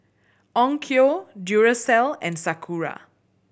Onkyo Duracell and Sakura